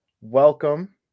Welcome